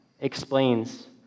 explains